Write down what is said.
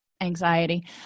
anxiety